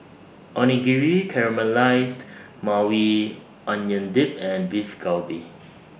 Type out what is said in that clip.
Onigiri Caramelized Maui Onion Dip and Beef Galbi